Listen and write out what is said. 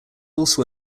also